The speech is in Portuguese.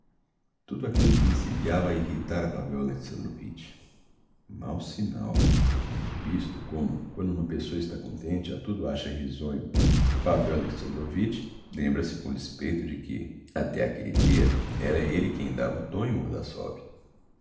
tudo aquillo principiava a irritar a pavel alexandrovitch mau signal visto como quando uma pessoa está contente a tudo acha risonho pavel alexandrovitch lembra-se com despeito de que até aquelle dia era elle quem dava o tom em